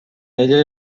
ella